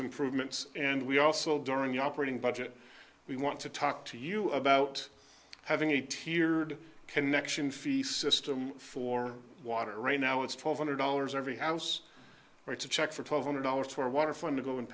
improvements and we also during the operating budget we want to talk to you about having a tiered connection fee system for water right now it's twelve hundred dollars every house writes a check for twelve hundred dollars for waterfront to go and